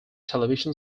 television